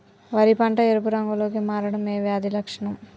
వరి పంట ఎరుపు రంగు లో కి మారడం ఏ వ్యాధి లక్షణం?